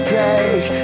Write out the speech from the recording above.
take